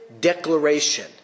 declaration